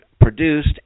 produced